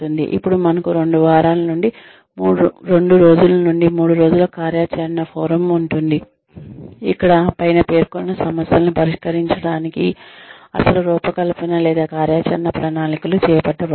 ఇప్పుడు మనకు 2 నుండి 3 రోజుల కార్యాచరణ ఫోరం ఉంటుంది ఇక్కడ పైన పేర్కొన్న సమస్యలను పరిష్కరించడానికి అసలు రూపకల్పన లేదా కార్యాచరణ ప్రణాళికలు చేపట్టబడతాయి